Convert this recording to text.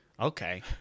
Okay